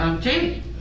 Jamie